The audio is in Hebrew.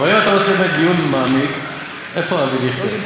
אבל אם אתה רוצה באמת דיון מעמיק, איפה אבי דיכטר?